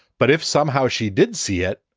but if somehow she didn't see it,